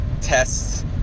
tests